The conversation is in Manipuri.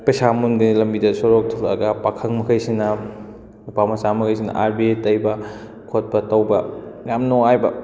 ꯄꯩꯁꯥ ꯃꯨꯟꯕꯒꯤ ꯂꯝꯕꯤꯗ ꯁꯣꯔꯣꯛ ꯊꯣꯛꯂꯛꯑꯒ ꯄꯥꯈꯪ ꯃꯈꯩꯁꯤꯅ ꯅꯨꯄꯥ ꯃꯆꯥ ꯃꯈꯩꯁꯤꯅ ꯑꯥꯕꯦꯔ ꯇꯩꯕ ꯈꯣꯠꯄ ꯇꯧꯕ ꯌꯥꯝ ꯅꯨꯡꯉꯥꯏꯕ